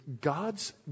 God's